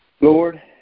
Lord